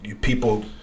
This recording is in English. people